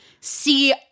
see